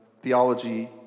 theology